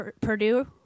Purdue